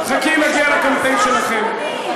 חכי, נגיע לקמפיין שלכם.